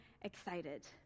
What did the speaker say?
excited